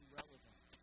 relevant